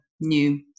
new